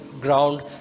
ground